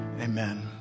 amen